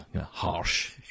Harsh